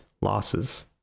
losses